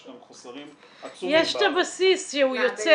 יש כאן חוסרים עצומים -- יש את הבסיס שהוא יוצא